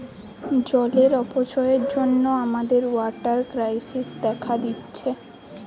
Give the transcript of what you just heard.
জলের অপচয়ের জন্যে আমাদের ওয়াটার ক্রাইসিস দেখা দিচ্ছে